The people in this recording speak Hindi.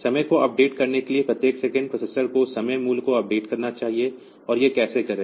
समय को अपडेट करने के लिए प्रत्येक सेकंड प्रोसेसर को समय मूल्य को अपडेट करना चाहिए और यह कैसे करेगा